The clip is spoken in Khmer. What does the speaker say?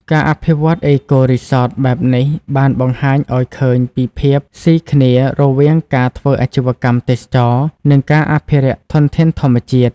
ការអភិវឌ្ឍន៍ អេកូរីសត បែបនេះបានបង្ហាញឱ្យឃើញពីភាពស៊ីគ្នារវាងការធ្វើអាជីវកម្មទេសចរណ៍ និងការអភិរក្សធនធានធម្មជាតិ។